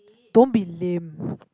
don't be lame